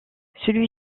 celui